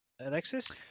Alexis